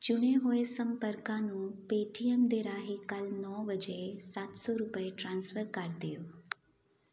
ਚੁਣੇ ਹੋਏ ਸੰਪਰਕਾਂ ਨੂੰ ਪੇਟੀਐੱਮ ਦੇ ਰਾਹੀਂ ਕੱਲ ਨੌਂ ਵਜੇ ਸੱਤ ਸੋ ਰੁਪਏ ਟ੍ਰਾਂਸਫਰ ਕਰ ਦਿਓ